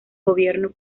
gobierno